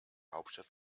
hauptstadt